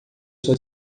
sua